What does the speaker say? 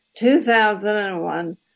2001